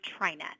Trinet